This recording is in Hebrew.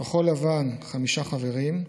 כחול לבן, חמישה חברים: